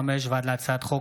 פ/4256/25 וכלה בהצעת חוק